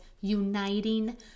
uniting